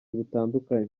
butandukanye